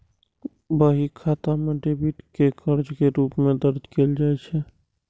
बही खाता मे डेबिट कें कर्ज के रूप मे दर्ज कैल जाइ छै